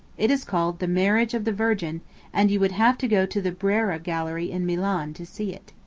it is called the marriage of the virgin and you would have to go to the brera gallery in milan to see it.